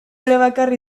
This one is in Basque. elebakar